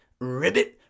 ribbit